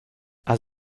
has